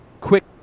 quick